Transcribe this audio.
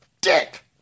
dick